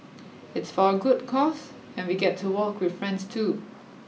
it's for a good cause and we get to walk with friends too